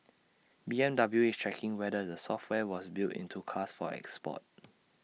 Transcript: B M W is checking whether the software was built into cars for export